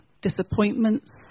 disappointments